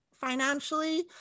financially